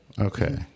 Okay